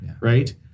right